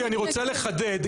גברתי, אני רוצה לחדד.